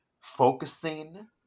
focusing